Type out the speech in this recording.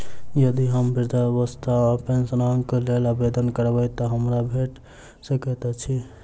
यदि हम वृद्धावस्था पेंशनक लेल आवेदन करबै तऽ हमरा भेट सकैत अछि?